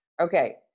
Okay